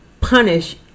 punish